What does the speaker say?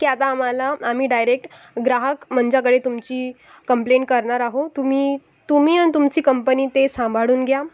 की आता आम्हाला आम्ही डायरेक्ट ग्राहक मंचाकडे तुमची कंप्लेंट करणार आहोत तुम्ही तुम्ही आणि तुमची कंपनी ते सांभाळून घ्या